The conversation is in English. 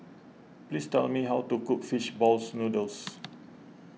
please tell me how to cook Fish Balls Noodles